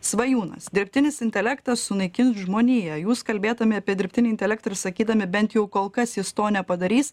svajūnas dirbtinis intelektas sunaikins žmoniją jūs kalbėdami apie dirbtinį intelektą ir sakydami bent jau kol kas jis to nepadarys